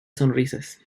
sonrisas